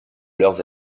leurs